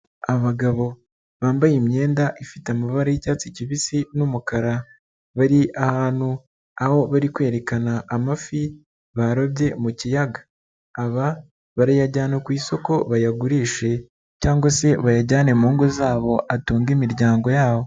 Abagabo bambaye imyenda ifite amabara y'icyatsi kibisi n'umukara, bari ahantu aho bari kwerekana amafi barobye mu kiyaga, aba barayajyana ku isoko bayagurishe cyangwa se bayajyane mu ngo zabo atunge imiryango yabo.